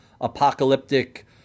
apocalyptic